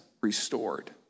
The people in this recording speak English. restored